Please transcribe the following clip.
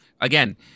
again